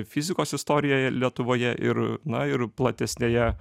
fizikos istorijoje lietuvoje ir na ir platesnėje